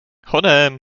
honem